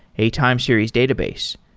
a time series database.